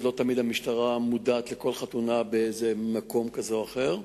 לא תמיד המשטרה מודעת לכל חתונה במקום כזה או אחר,